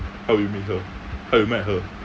how you meet her how you met her